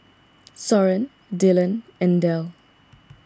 Soren Dylan and Del